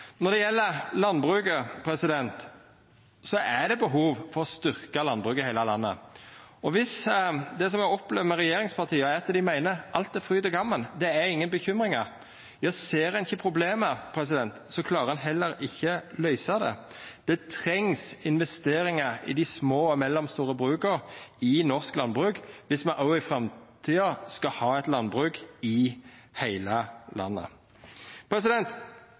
Når det gjeld landbruket, er det behov for å styrkja landbruket i heile landet. Det me har opplevd med regjeringspartia, er at dei meiner at alt er fryd og gaman. Det er ingen bekymringar. Ja, ser ein ikkje problemet, klarer ein heller ikkje å løysa det. Det trengst investeringar i dei små og mellomstore bruka i norsk landbruk om me òg i framtida skal ha eit landbruk i heile landet.